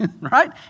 right